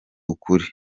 ukuri